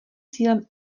cílem